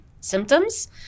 symptoms